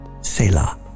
Selah